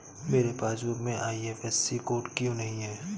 मेरे पासबुक में IFSC code क्यो नहीं है?